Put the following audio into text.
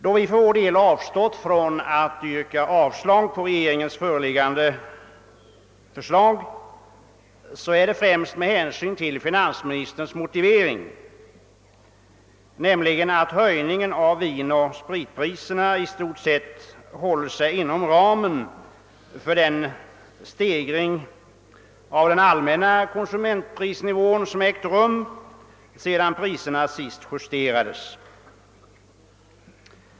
Då vi för vår del avstått från att yrka avslag på det föreliggande regeringsförslaget beror detta främst på finansministerns motivering, nämligen att höjningen av vinoch spritpriserna i stort sett håller sig inom ramen för den stegring av den allmänna konsumentprisnivån som ägt rum sedan priserna senast justerades.